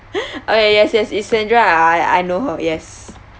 okay yes yes it's sandra I I I know her yes